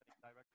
direct